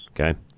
Okay